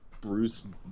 Bruce